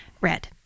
Red